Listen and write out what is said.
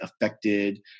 affected